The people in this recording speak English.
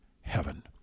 heaven